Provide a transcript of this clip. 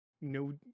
no